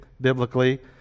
biblically